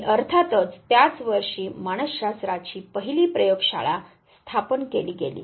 आणि अर्थातच त्याच वर्षी मानस शास्त्राची पहिली प्रयोगशाळा स्थापन केली गेली